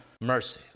mercy